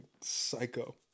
psycho